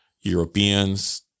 Europeans